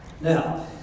Now